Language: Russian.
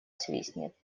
свистнет